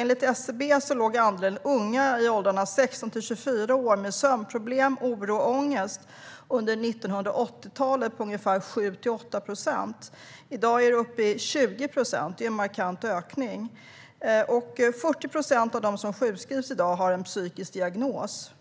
Enligt SCB låg andelen unga i åldrarna 16-24 år med sömnproblem, oro och ångest på ungefär 7-8 procent under 1980-talet. I dag är andelen uppe i 20 procent. Det är en markant ökning. Och 40 procent av de som sjukskrivs i dag har en psykisk diagnos.